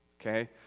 okay